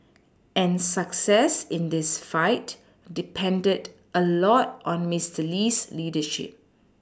and success in this fight depended a lot on Mister Lee's leadership